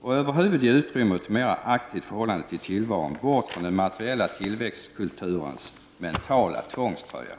och över huvud ge utrymme åt ett mera aktivt förhållande till tillvaron bort från den materiella tillväxtkulturens mentala tvångströja.